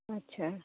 ᱟᱪ ᱪᱷᱟ